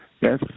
yes